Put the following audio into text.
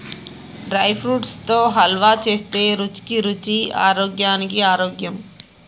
dry fruits తో హల్వా చేస్తే రుచికి రుచి ఆరోగ్యానికి ఆరోగ్యం